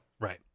right